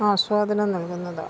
ആസ്വാദനം നൽകുന്നതാണ്